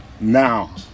Now